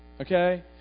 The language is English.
Okay